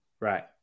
Right